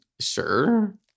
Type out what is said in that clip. Sure